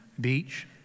beach